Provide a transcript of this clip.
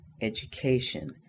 education